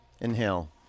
Inhale